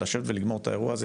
לשבת ולגמור את האירוע הזה,